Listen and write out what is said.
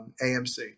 AMC